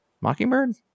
mockingbird